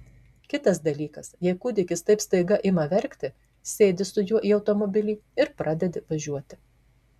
kitas dalykas jei kūdikis taip staiga ima verkti sėdi su juo į automobilį ir pradedi važiuoti